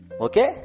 Okay